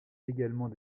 également